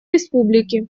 республики